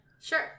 Sure